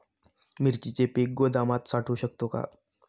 मिरचीचे पीक गोदामात साठवू शकतो का?